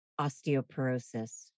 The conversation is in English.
osteoporosis